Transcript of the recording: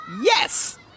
Yes